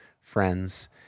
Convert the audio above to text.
friends